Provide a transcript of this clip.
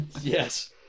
Yes